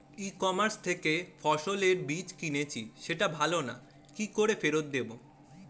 ই commerce থেকে ফসলের বীজ কিনেছি সেটা ভালো না কি করে ফেরত দেব?